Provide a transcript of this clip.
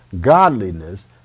godliness